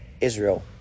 israel